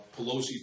Pelosi